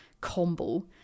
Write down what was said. combo